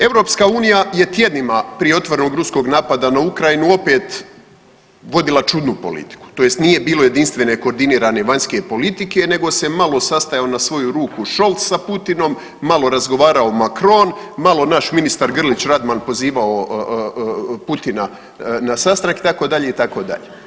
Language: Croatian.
EU je tjednima prije otvorenog Ruskog napada na Ukrajinu opet vodila čudnu politiku tj. nije bilo jedinstvene koordinirane vanjske politike nego se malo sastajao na svoju ruku Scholz sa Putinom, malo razgovarao Macron, malo naš ministar Grlić Radman pozivao Putina na sastanak itd., itd.